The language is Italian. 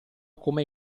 come